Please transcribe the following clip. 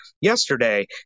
yesterday